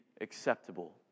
Acceptable